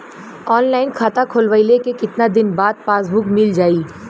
Online खाता खोलवईले के कितना दिन बाद पासबुक मील जाई?